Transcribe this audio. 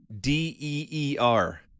D-E-E-R